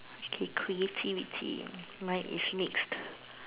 okay creativity mine is next